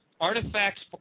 artifacts